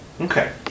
Okay